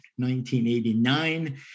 1989